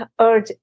urge